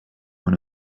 one